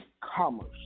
commerce